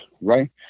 right